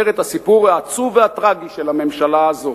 את הסיפור העצוב והטרגי של הממשלה הזאת.